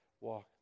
walk